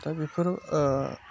दा बेफोराव